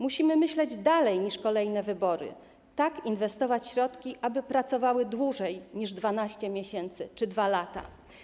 Musimy myśleć dalej niż kolejne wybory i tak inwestować środki, aby pracowały dłużej niż 12 miesięcy czy 2 lata.